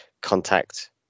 contact